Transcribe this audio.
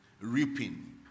reaping